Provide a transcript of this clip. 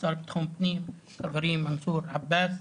השר לביטחון הפנים, חברי מנסור עבאס.